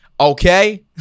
Okay